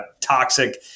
toxic